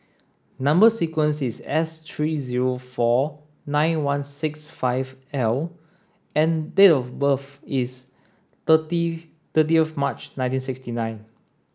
number sequence is S three zero four nine one six five L and date of birth is thirty thirty of March nineteen sixty nine